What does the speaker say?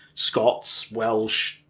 scots, welsh,